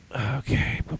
Okay